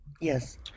Yes